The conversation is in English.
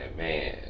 man